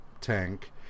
tank